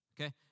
Okay